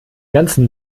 ganzen